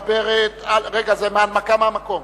רגע, זו הנמקה מהמקום,